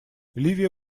ливия